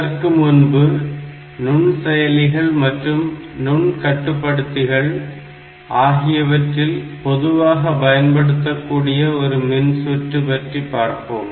அதற்கு முன்பு நுண்செயலிகள் மற்றும் நுண் கட்டுப்படுத்திகள் ஆகியவற்றில் பொதுவாக பயன்படுத்தக்கூடிய ஒரு மின்சுற்று பற்றி பார்ப்போம்